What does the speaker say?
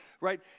Right